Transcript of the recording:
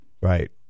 Right